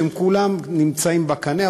שהם כולם נמצאים בקנה,